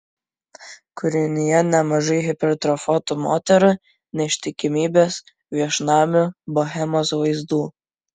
kūrinyje nemažai hipertrofuotų moterų neištikimybės viešnamių bohemos vaizdų